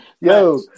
Yo